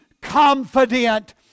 confident